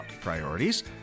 Priorities